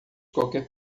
qualquer